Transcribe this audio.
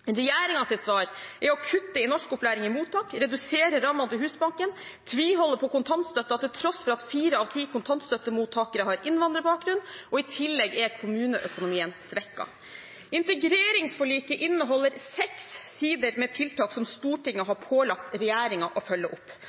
Regjeringens svar er å kutte i norskopplæring i mottak, redusere rammene til Husbanken og tviholde på kontantstøtten, til tross for at fire av ti kontantstøttemottakere har innvandrerbakgrunn. I tillegg er kommuneøkonomien svekket. Integreringsforliket inneholder seks sider med tiltak som Stortinget har pålagt regjeringen å følge opp.